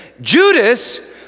Judas